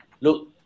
Look